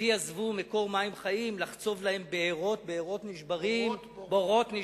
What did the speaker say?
"אתי עזבו מקור מים חיים לחצב להם בארות בארות נשברים" בורות.